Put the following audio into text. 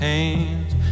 Hands